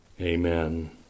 Amen